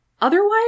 Otherwise